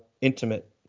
intimate